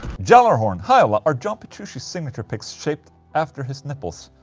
gjallarhorn hi ola, are john petrucci signature picks shaped after his nipples?